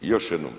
I još jednom.